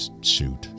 Shoot